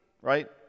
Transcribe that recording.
right